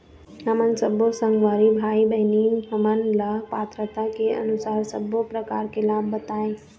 हमन सब्बो संगवारी भाई बहिनी हमन ला पात्रता के अनुसार सब्बो प्रकार के लाभ बताए?